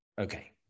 Okay